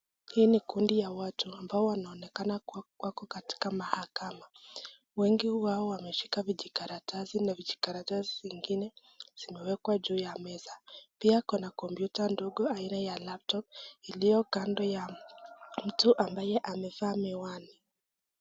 Hii ni kundi ya watu ambao wanonekana wako katika mahakama, wengi wao wameshika vijikaratasi na vijikaratasi zingine zimewekwa juu ya meza, pia kuna computer ndogo aina ya laptop iliyo kando ya mtu ambaye amevaa miwani.